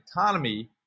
autonomy